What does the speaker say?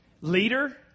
Leader